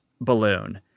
balloon